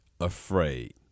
afraid